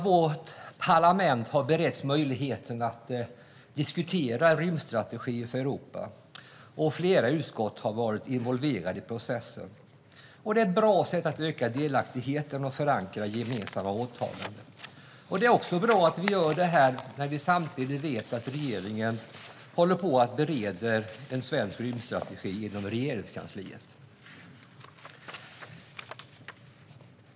Vårt parlament har beretts möjligheten att diskutera en rymdstrategi för Europa, och flera utskott har varit involverade i processen. Det är ett bra sätt att öka delaktigheten och att förankra gemensamma åtaganden. Det är också bra att vi gör detta när vi vet att regeringen håller på att bereda en svensk rymdstrategi inom Regeringskansliet.